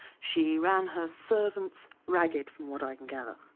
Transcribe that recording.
she ran her servants ragged, from what i can gather.